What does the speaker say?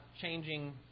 changing